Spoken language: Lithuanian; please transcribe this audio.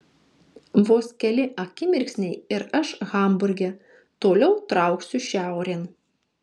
vos keli akimirksniai ir aš hamburge toliau trauksiu šiaurėn